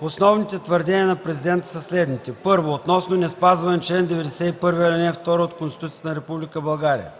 Основните твърдения на президента са следните: 1. Относно неспазване на чл. 91, ал. 2 от Конституцията на Република България: